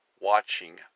watching